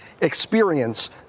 experience